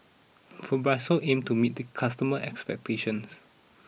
Fibrosol aims to meet customer expectations